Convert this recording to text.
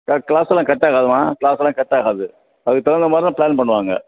க்ளாஸெல்லாம் cut ஆகாதும்மா க்ளாஸெல்லாம் cut ஆகாது அதுக்கு தகுந்தா மாதிரி தான் ப்ளான் பண்ணுவாங்க